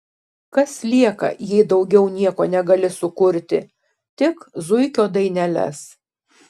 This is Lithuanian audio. kas lieka jei daugiau nieko negali sukurti tik zuikio daineles